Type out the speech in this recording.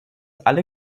alle